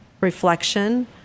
reflection